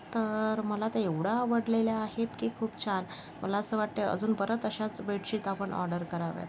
तर मला त्या एवढ्या आवडलेल्या आहेत की खूप छान मला असं वाटतं आहे अजून परत अशाच बेडशीट आपण ऑर्डर कराव्यात